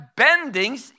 bendings